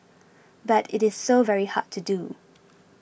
but it is so very hard to do